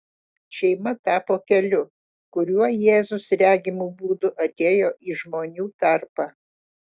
šeima tapo keliu kuriuo jėzus regimu būdu atėjo į žmonių tarpą